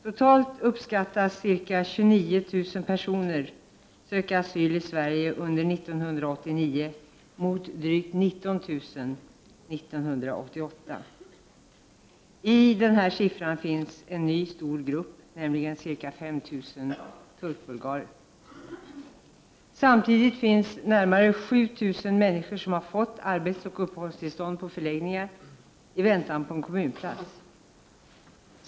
Totalt uppskattas ca 29 000 söka asyl i Sverige under 1989, mot drygt 19000 under 1988. I denna siffra finns en ny stor grupp, nämligen ca 5 000 turkbulgarer. Samtidigt finns närmare 7 000 människor, som har fått arbetsoch uppehållstillstånd, på förläggningar i väntan på en kommunplats.